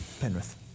Penrith